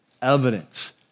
evidence